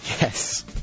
Yes